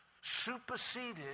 Superseded